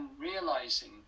realizing